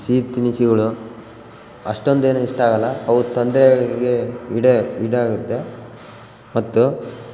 C ತಿನಿಸುಗಳು ಅಷ್ಟೊಂದೇನು ಇಷ್ಟ ಆಗೋಲ್ಲ ಅವು ತೊಂದರೆಗೆ ಇಡೆ ಇದಾಗುತ್ತೆ ಮತ್ತು